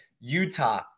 Utah